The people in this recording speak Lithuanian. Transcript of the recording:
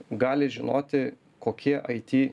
gali žinoti kokie aiti